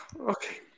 Okay